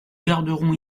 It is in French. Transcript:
garderons